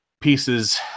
pieces